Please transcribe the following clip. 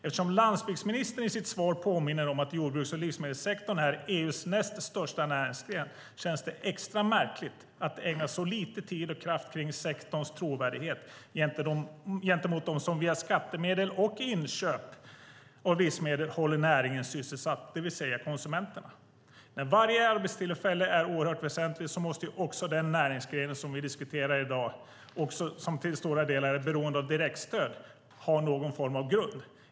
Eftersom landsbygdsministern i sitt svar påminner om att jordbruks och livsmedelssektorn är EU:s näst största näringsgren känns det extra märkligt att ägna så litet tid och kraft åt sektorns trovärdighet gentemot dem som via skattemedel och inköp av livsmedel håller näringen sysselsatt, det vill säga konsumenterna. När varje arbetstillfälle är oerhört väsentligt måste också den näringsgren som vi diskuterar i dag och som till stora delar är beroende av direktstöd ha någon form av grund.